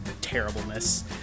terribleness